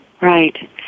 Right